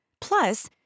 Plus